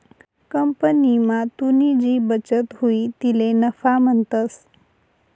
कंपनीमा तुनी जी बचत हुई तिले नफा म्हणतंस